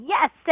Yes